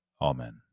Amen